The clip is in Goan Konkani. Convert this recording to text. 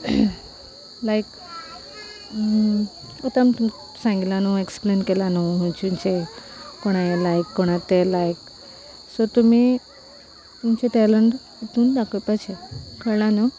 लायक आतां आमी सांगिलां न्हू एक्सप्लेन केला न्हू कोणाय लायक कोणा ते लायक सो तुमी तुमचे टॅलंट हितून दाखयपाचे कळ्ळां न्हू